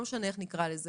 לא משנה איך נקרא לזה.